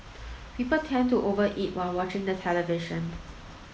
people tend to over eat while watching the television